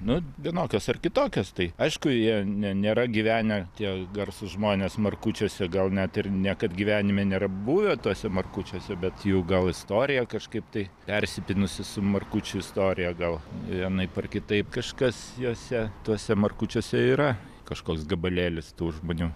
nu vienokios ar kitokios tai aišku jie ne nėra gyvenę tie garsūs žmonės markučiuose gal net ir niekad gyvenime nėra buvę tuose markučiuose bet jų gal istorija kažkaip tai persipynusi su markučių istorija gal vienaip ar kitaip kažkas juose tuose markučiuose yra kažkoks gabalėlis tų žmonių